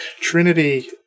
Trinity